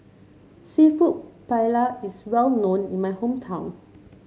seafood Paella is well known in my hometown